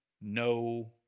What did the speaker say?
no